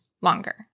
longer